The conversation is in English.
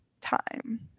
time